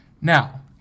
Now